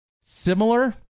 similar